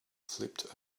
flipped